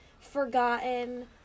forgotten